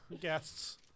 guests